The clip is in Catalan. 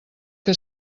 que